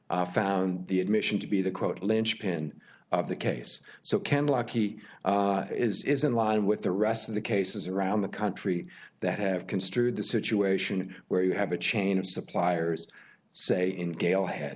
found the admission to be the quote linchpin of the case so can lucky is in line with the rest of the cases around the country that have construed the situation where you have a chain of suppliers say in ga